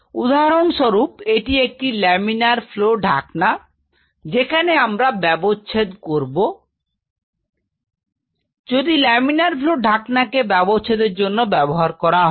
উদাহরণস্বরূপ এটি একটি লামিনার ফ্লো ঢাকনা যেখানে আমরা ব্যবচ্ছেদ করব যদি লামিনার ফ্লও ঢাকনা কে ব্যবচ্ছেদের জন্য ব্যবহার করা হয়